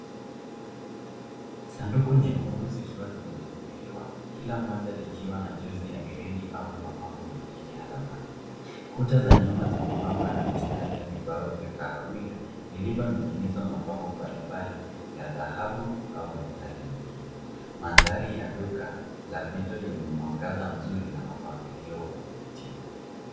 Sanduku nyekundu zikiwa zimefunguliwa, kila moja likiwa na jozi la herini au mapambo mengine ya thamani. Kuta za nyuma zimepambwa na mistari ya vibao vya kahawia vilivyoning'inizwa mapambo mbalimbali ya dhahabu au metal nyingine. Mandhari ya duka za vitu vyenye mwangaza mzuri na mpangilio wa kuvutia.